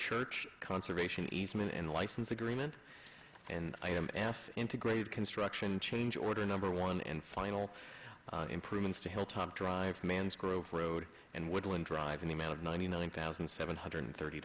church conservation easement and license agreement and i am f integrated construction change order number one and final improvements to help tom drive mans grove road and woodland drive in the mail of ninety nine thousand seven hundred thirty